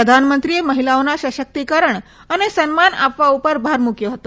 પ્રધાનમંત્રીએ મહિલાઓના સશક્તિકરણ અને સન્માન આપવા ઉપર ભાર મુક્વો હતો